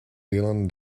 dillon